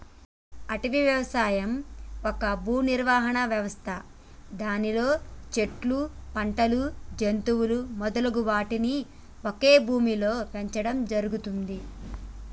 అడవి వ్యవసాయం ఒక భూనిర్వహణ వ్యవస్థ దానిలో చెట్లు, పంటలు, జంతువులు మొదలగు వాటిని ఒకే భూమిలో పెంచడం జరుగుతుంది